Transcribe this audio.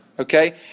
Okay